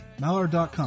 mallard.com